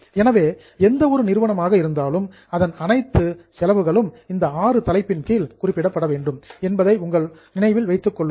எனவே எந்த ஒரு நிறுவனமாக இருந்தாலும் அதன் அனைத்து எக்ஸ்பென்ஸ்சஸ் செலவுகளும் இந்த ஆறு தலைப்புகளின் கீழ் குறிப்பிடப்பட வேண்டும் என்பதை உங்கள் நினைவில் வைத்துக் கொள்ளுங்கள்